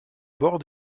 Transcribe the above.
bord